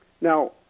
now